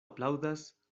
aplaŭdas